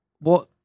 what-